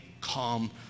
calm